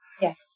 Yes